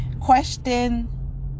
question